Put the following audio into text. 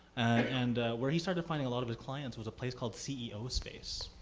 and where he started finding a lot of his clients was a place called ceo space.